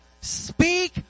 Speak